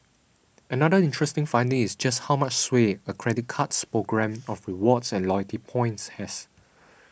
another interesting finding is just how much sway a credit card's programme of rewards and loyalty points has